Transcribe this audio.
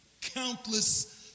countless